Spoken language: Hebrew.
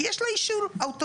כי יש לה אישור אוטומטי.